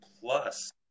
plus